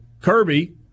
Kirby